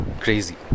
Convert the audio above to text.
crazy